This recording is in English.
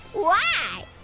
why?